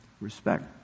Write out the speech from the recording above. Respect